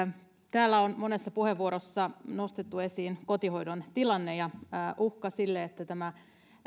täällä on monessa puheenvuorossa nostettu esiin kotihoidon tilanne ja uhka siitä että tämä